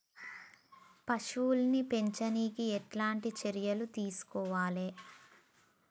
పశువుల్ని పెంచనీకి ఎట్లాంటి చర్యలు తీసుకోవాలే?